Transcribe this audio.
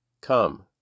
Come